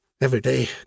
everyday